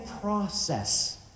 process